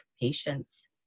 patients